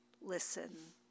listen